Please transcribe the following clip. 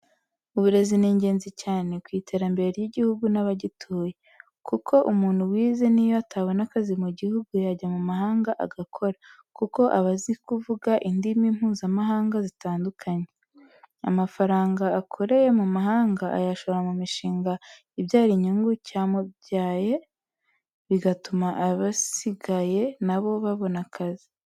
Uburezi ni ingenzi cyane ku iterambere ry'igihugu n'abagituye, kuko umuntu wize n'iyo atabona akazi mu gihugu yajya mu mahanga agakora, kuko aba azi kuvuga indimi mpuzamahanga zitandukanye. Amafaranga akoreye mu mahanga ayashora mu mishinga ibyara inyungu cyamubyaye bigatuma abasigaye na bo babona akazi.